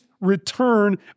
return